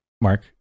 Mark